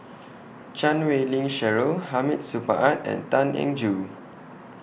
Chan Wei Ling Cheryl Hamid Supaat and Tan Eng Joo